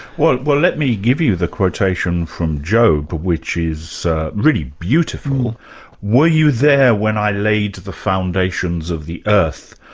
well well let me give you the quotation from job which is really beautiful were you there when i laid the foundations of the earth,